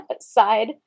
side